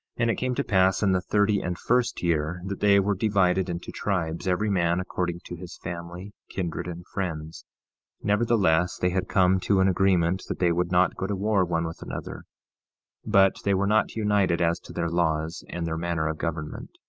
and it came to pass in the thirty and first year that they were divided into tribes, every man according to his family, kindred and friends nevertheless they had come to an agreement that they would not go to war one with another but they were not united as to their laws, and their manner of government,